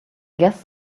guess